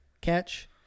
catch